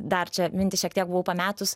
dar čia mintį šiek tiek buvau pametus